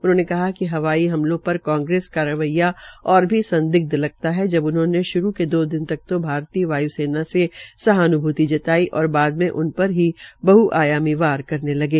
उन्होंने कहा कि हवाई हमलों पर कांग्रेस का रवैया आरै भी संदिग्ध लगता है जब उन्होंने श्रू के दिन तक तक भारतीय वाय्सेना से सहान्भूति जताई और बाद में देश ही बहआयामी वार करने लगे